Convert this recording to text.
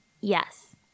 Yes